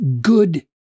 good